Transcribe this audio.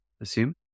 assume